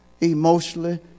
emotionally